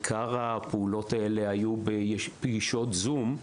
עיקר הפעולות האלה היו בפגישות זום,